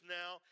now